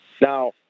Now